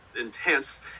intense